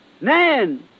man